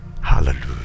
Hallelujah